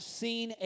seen